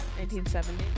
1970